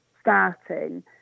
starting